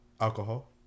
alcohol